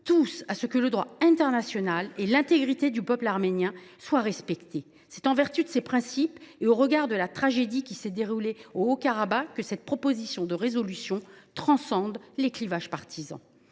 tous que le droit international et l’intégrité du peuple arménien soient respectés. C’est en vertu de ces principes et au regard de la tragédie qui s’est déroulée au Haut Karabagh que cette proposition de résolution transcende les clivages partisans.